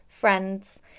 friends